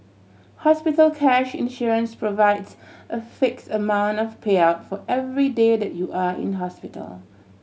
hospital cash insurance provides a fix amount of payout for every day that you are in hospital